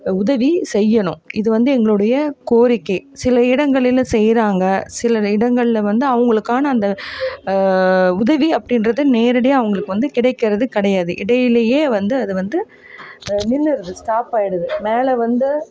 உதவி செய்யணும் இது வந்து எங்களுடைய கோரிக்கை சில இடங்களில் செய்கிறாங்க சில இடங்களில் வந்து அவங்களுக்கான அந்த உதவி அப்படின்றது நேரடியாக அவங்களுக்கு வந்து கிடைக்கிறது கிடையாது இடையிலேயே வந்து அது வந்து நின்னுடுது ஸ்டாப் ஆகிடுது மேலே வந்து